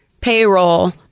payroll